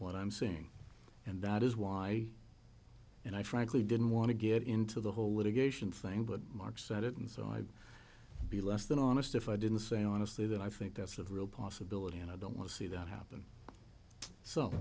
what i'm saying and that is why and i frankly didn't want to get into the whole litigation thing but mark said it and so i'd be less than honest if i didn't say honestly that i think that's a real possibility and i don't want to see that happen so